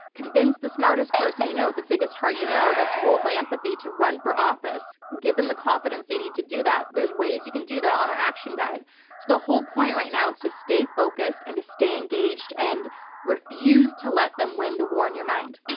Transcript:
convince the smartest person you know with the biggest heart you know, that's ruled by empathy, to run for office. give them the confidence they need to do that. there's ways you can do that on our action guide. so the whole point right now is to stay focused and to stay engaged, and refuse to let them win the war in your mind.